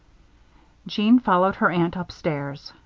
jeanne followed her aunt upstairs.